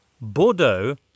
Bordeaux